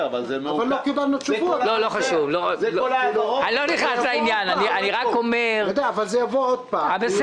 כי לא קיבלנו תשובות עדיין אבל זה יבוא עוד פעם.